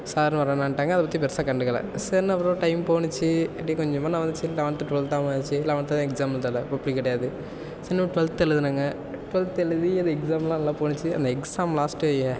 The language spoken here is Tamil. சார் வரவேணான்ட்டாங்க அதை பற்றி பெருசாக கண்டுக்கலை சரின்னு அப்புறம் டைம் போணுச்சு அப்படி கொஞ்ச கொஞ்சமாக நகர்ந்துச்சு லெவன்த்து டுவெல்த்தாகவும் ஆச்சு லெவன்த்து எக்ஸாம் எழுதலை புக்கு கிடையாது சரின்னு டுவெல்த் எழுதினேங்க டுவெல்த் எழுதி அது எக்ஸாம்லாம் நல்லா போணுச்சு அந்த எக்ஸாம் லாஸ்ட்டு